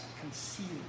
concealed